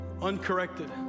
uncorrected